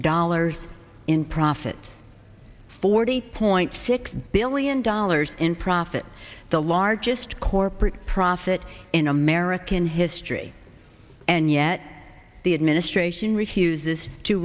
dollars in profit forty point six billion dollars in profits the largest corporate profit in american history and yet the administration refuses to